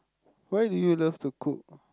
why do you love to cook